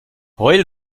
heul